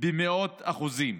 במאות אחוזים.